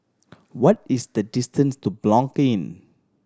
what is the distance to Blanc Inn